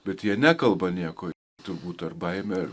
bet jie nekalba nieko turbūt ar baimė ar